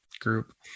group